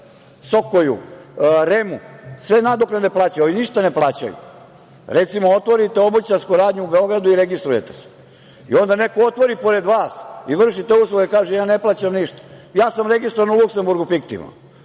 SOKOJ-u, REM-u, sve nadoknade plaćaju, ovi ništa ne plaćaju. Recimo, otvorite obućarsku radnju u Beogradu i registrujete se i onda neko otvori pored vas i vrši te uslove, kaže – ja ne plaćam ništa, ja sam registrovan u Luksemburgu fiktivno.